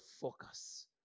focus